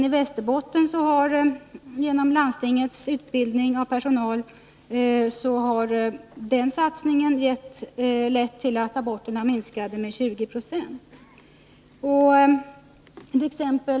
I Västerbotten har landstingets satsning på utbildning av personal lett till att aborterna minskat med 20 96.